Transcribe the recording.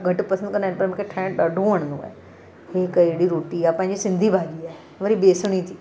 घटि पसंदि कंदा आहिनि पर मूंखे ठाइण ॾाढो वणंदो आहे हीअ हिकु अहिड़ी रोटा आहे पंहिंजी सिंधी भाजी आहे वरी बेसणी